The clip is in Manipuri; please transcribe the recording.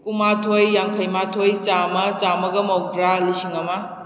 ꯀꯨꯟꯃꯥꯊꯣꯏ ꯌꯥꯡꯈꯩ ꯃꯥꯊꯣꯏ ꯆꯥꯝꯃ ꯆꯥꯝꯃꯒ ꯃꯧꯗ꯭ꯔꯥ ꯂꯤꯁꯤꯡ ꯑꯃ